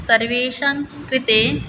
सर्वेषाङ्कृते